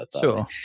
Sure